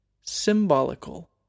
symbolical